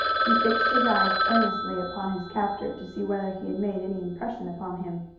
he fixed his eyes earnestly upon his captor to see whether he had made any impression upon him.